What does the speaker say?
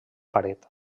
paret